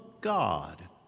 God